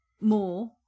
more